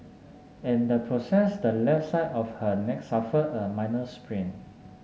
in the process the left side of her neck suffered a minor sprain